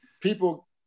people